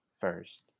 first